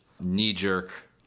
knee-jerk